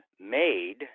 made